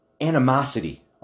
animosity